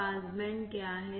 पास band क्या है